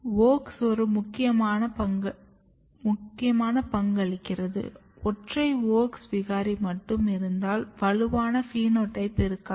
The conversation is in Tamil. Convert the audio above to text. WOX ஒரு முக்கிய பங்களிக்கிறது ஒற்றை WOX 2 விகாரி மட்டும் இருந்தால் வலுவான பினோடைப் இருக்காது